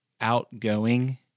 outgoing